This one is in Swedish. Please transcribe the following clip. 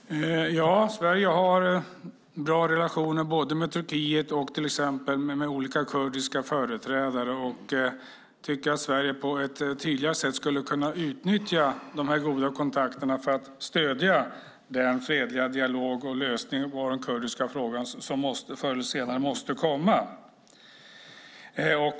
Herr talman! Sverige har bra relationer både med Turkiet och till exempel med olika kurdiska företrädare. Jag tycker att Sverige på ett tydligare sätt skulle kunna utnyttja de här goda kontakterna för att stödja den fredliga dialog och lösning på den kurdiska frågan som förr eller senare måste komma.